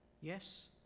yes